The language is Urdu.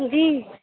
جی